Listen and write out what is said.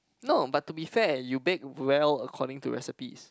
no but to be fair you bake well according to recipes